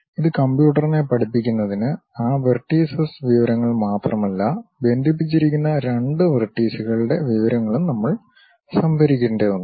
ഇത് കമ്പ്യൂട്ടറിനെ പഠിപ്പിക്കുന്നതിന് ആ വെർട്ടീസസ് വിവരങ്ങൾ മാത്രമല്ല ബന്ധിപ്പിച്ചിരിക്കുന്ന രണ്ട് വെർട്ടീസുകളുടെ വിവരങ്ങളും നമ്മൾ സംഭരിക്കേണ്ടതുണ്ട്